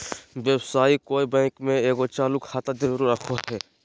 व्यवसायी कोय बैंक में एगो चालू खाता जरूर रखो हइ